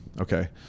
Okay